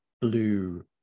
blue